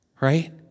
right